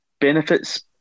benefits